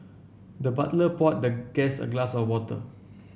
the butler poured the guest a glass of water